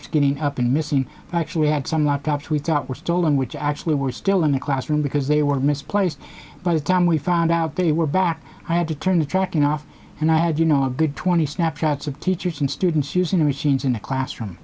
laptops getting up and missing i actually had some laptops we thought were stolen which actually were still in the classroom because they were misplaced by the time we found out they were back i had to turn the tracking off and i had you know a good twenty snapshots of teachers and students using the machines in the classroom